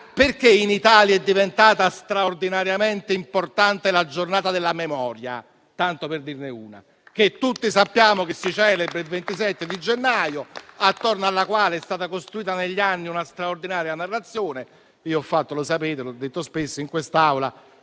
Perché in Italia è diventata straordinariamente importante la Giornata della memoria, tanto per dirne una? Tutti sappiamo che si celebra il 27 gennaio e intorno a essa è stata costruita negli anni una straordinaria narrazione. Come ho detto spesso in quest'Aula,